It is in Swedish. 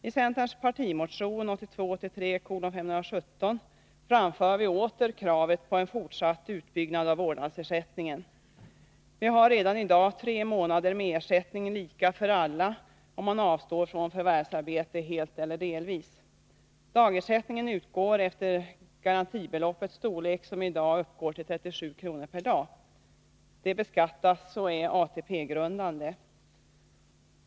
I centerns partimotion 1982/83:517 framför vi åter kravet på en fortsatt utbyggnad av vårdnadsersättningen. Vi har redan i dag tre månader med ersättning lika för alla, om man avstår från förvärvsarbete helt eller delvis. Dagersättningen utgår efter garantibeloppets storlek, som i dag uppgår till 37 kr. per dag. Den beskattas och är ATP-grundande.